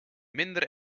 minder